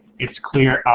it's clear.